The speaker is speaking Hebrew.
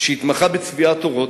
שהתמחה בצביעת עורות,